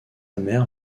mère